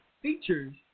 features